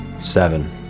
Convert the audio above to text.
Seven